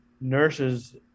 nurses